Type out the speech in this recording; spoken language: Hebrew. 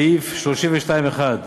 בסעיף 32(1)